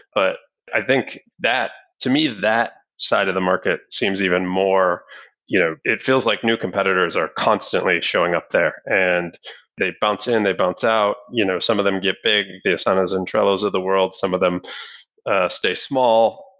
but i think to me that side of the market seems even more you know it feels like new competitors are constantly showing up there, and they bounce in, they bounce out. you know some of them get big, the asanas and trellos of the world. some of them stay small.